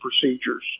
procedures